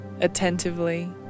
attentively